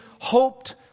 hoped